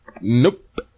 nope